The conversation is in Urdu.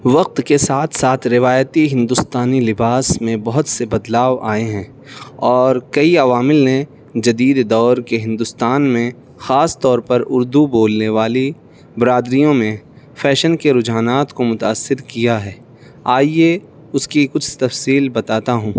وقت کے ساتھ ساتھ روایتی ہندوستانی لباس میں بہت سے بدلاؤ آئے ہیں اور کئی عوامل نے جدید دور کے ہندوستان میں خاص طور پر اردو بولنے والی برادریوں میں فیشن کے رجحانات کو متاثر کیا ہے آئیے اس کی کچھ تفصیل بتاتا ہوں